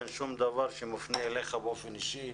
אין שום דבר שמופנה אליך באופן אישי.